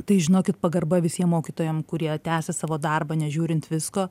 tai žinokit pagarba visiem mokytojam kurie tęsia savo darbą nežiūrint visko